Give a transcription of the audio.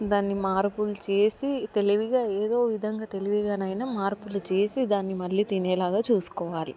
దాన్ని మార్పులు చేసి తెలివిగా ఏదోవిధంగా తెలివిగానయిన మార్పులు చేసి దాన్ని మళ్ళీ తినేలాగా చూసుకోవాలి